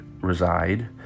reside